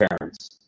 parents